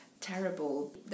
terrible